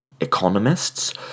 economists